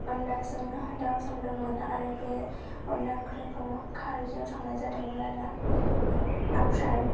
अनलाजों दावजों संदोंमोन आरो बे अनला ओंख्रिखौ खारैजों संनाय जादोंमोन आरो आमफ्राय